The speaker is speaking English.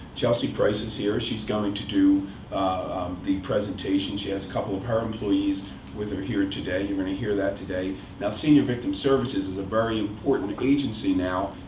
chelsey price is here. she's going to do the presentation. she has a couple of her employees with her here today. you're going to hear that today. now, senior victim services is a very important agency, now,